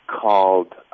called